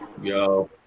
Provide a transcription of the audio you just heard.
yo